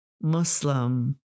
Muslim